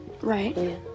Right